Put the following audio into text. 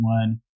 one